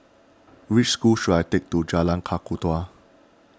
which school should I take to Jalan Kakatua